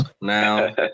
Now